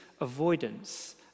avoidance